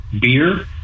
beer